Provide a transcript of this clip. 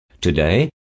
Today